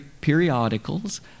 periodicals